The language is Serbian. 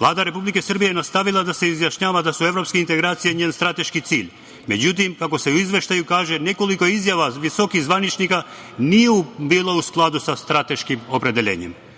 Vlada Republike Srbije je nastavila da se izjašnjava da su evropske integracije njen strateški cilj, međutim, kako se u izveštaju kaže, nekoliko izjava visokih zvaničnika nije bilo u skladu sa strateškim opredeljenjima. Građani